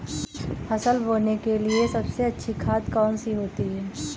फसल बोने के लिए सबसे अच्छी खाद कौन सी होती है?